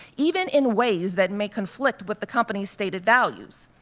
even in ways that may conflict with the company's stated values.